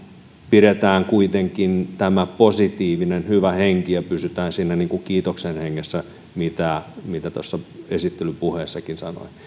pidetään kuitenkin tämä positiivinen hyvä henki ja pysytään siinä niin kuin kiitoksen hengessä mistä tuossa esittelypuheessakin sanoin